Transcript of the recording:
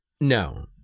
No